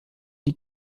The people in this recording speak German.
die